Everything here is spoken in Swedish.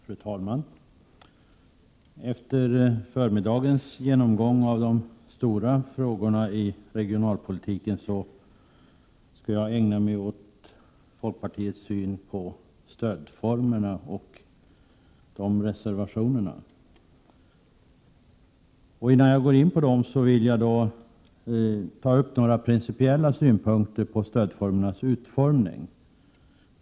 Fru talman! Efter förmiddagens genomgång av de stora frågorna i regionalpolitiken, skall jag ägna mig åt folkpartiets syn på stödformerna. Innan jag går in på reservationerna i den delen vill jag ta upp några principiella synpunkter på stödformernas utformning.